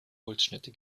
holzschnitte